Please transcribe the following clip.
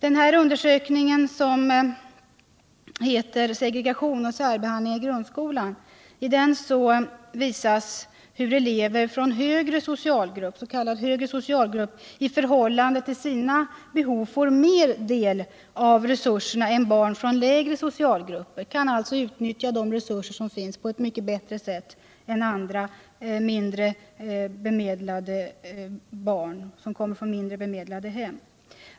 I undersökningen Segregation och särbehandling i grundskolan visas hur elever från s.k. högre socialgrupp i förhållande till sina behov får mer del av resurserna än barn från lägre socialgrupper. De kan alltså utnyttja de resurser som finns på ett mycket bätte sätt än barn från mindre bemedlade hem.